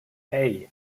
hey